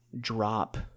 drop